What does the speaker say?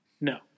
No